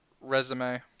Resume